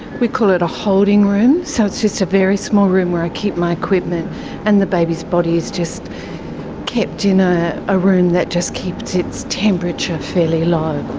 we call it a holding room. so it's just a very small room where i keep my equipment and the baby's body is just kept in a ah room that just keeps its temperature fairly low.